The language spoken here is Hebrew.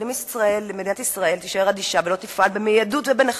אם מדינת ישראל תישאר אדישה ולא תפעל במיידיות ובנחרצות,